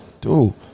Dude